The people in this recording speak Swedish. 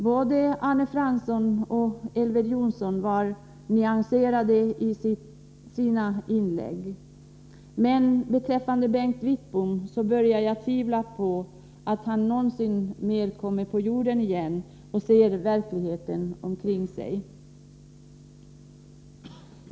Både Arne Fransson och Elver Jonsson var nyanserade i sina inlägg. Men beträffande Bengt Wittbom börjar jag tvivla på att han någonsin kommer ner på jorden igen och ser verkligheten omkring sig.